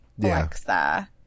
Alexa